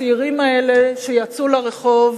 הצעירים האלה שיצאו לרחוב,